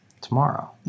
tomorrow